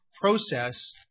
process